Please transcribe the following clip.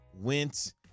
went